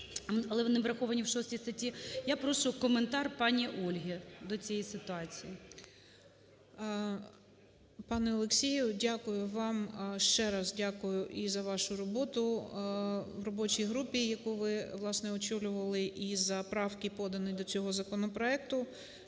але вони враховані в 6 статті. Я прошу коментар пані Ольги до цієї ситуації. 13:13:15 БОГОМОЛЕЦЬ О.В. Пане Олексію, дякую вам, ще раз дякую і за вашу роботу в робочій групі, яку ви, власне, очолювали, і за правки, подані до цього законопроекту,